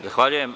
Zahvaljujem.